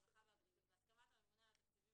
הרווחה והבריאות בהסכמת הממונה על התקציבים